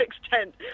extent